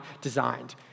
designed